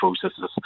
processes